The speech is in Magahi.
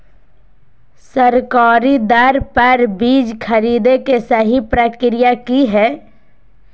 सरकारी दर पर बीज खरीदें के सही प्रक्रिया की हय?